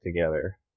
together